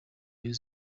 rayon